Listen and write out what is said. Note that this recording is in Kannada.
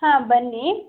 ಹಾಂ ಬನ್ನಿ